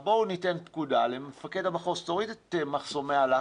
בואו ניתן פקודה למפקד המחוז שיוריד את מחסומי הלחץ,